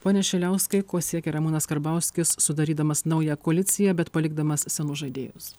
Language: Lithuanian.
pone šiliauskai ko siekė ramūnas karbauskis sudarydamas naują koaliciją bet palikdamas senus žaidėjus